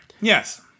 Yes